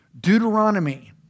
Deuteronomy